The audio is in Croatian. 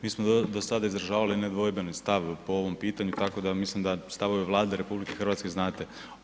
Mi smo do sada izražavali nedvojbeni stav po ovom pitanju tako da mislim da stavove Vlade RH znate.